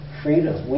freedom